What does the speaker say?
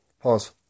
Pause